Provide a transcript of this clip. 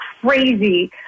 crazy